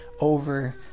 over